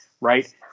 right